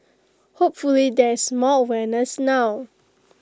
hopefully there is more awareness now